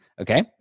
Okay